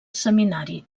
seminari